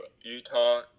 Utah